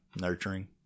nurturing